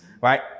right